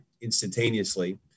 instantaneously